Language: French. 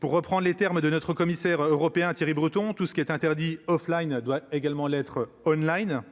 pour reprend les termes de notre commissaire européen, Thierry Breton, tout ce qui est interdit offline doit également l'être Online